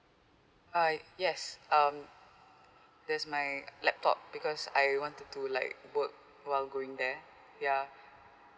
uh yes um there's my laptop because I wanted to like work while going there ya